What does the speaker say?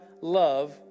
love